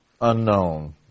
unknown